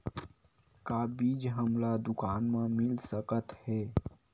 का बीज हमला दुकान म मिल सकत हे?